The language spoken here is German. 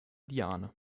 diane